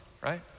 right